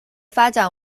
发展